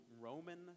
Roman